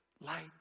light